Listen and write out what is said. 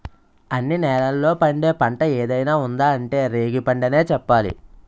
అన్ని నేలల్లో పండే పంట ఏదైనా ఉందా అంటే రేగిపండనే చెప్పాలి